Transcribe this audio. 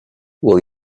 will